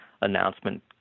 announcement